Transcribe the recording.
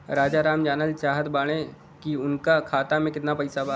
राजाराम जानल चाहत बड़े की उनका खाता में कितना पैसा बा?